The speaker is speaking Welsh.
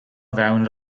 fewn